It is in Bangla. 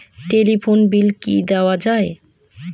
টেলিফোন বিল কি দেওয়া যায়?